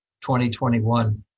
2021